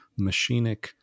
machinic